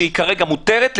שהיא כרגע מותרת,